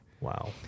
Wow